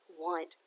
want